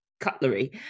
cutlery